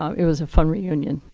it was a fun reunion.